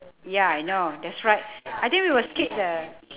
ya I know that's right I think we will skip the